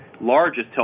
largest